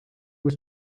was